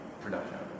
production